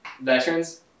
Veterans